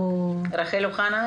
אוחנה,